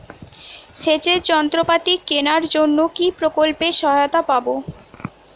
সেচের যন্ত্রপাতি কেনার জন্য কি প্রকল্পে সহায়তা পাব?